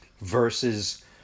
versus